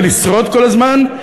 ולשרוד כל הזמן,